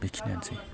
बेखिनियानोसै